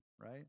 right